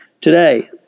today